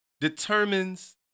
determines